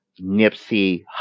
Nipsey